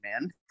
man